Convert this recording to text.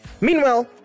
Meanwhile